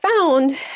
found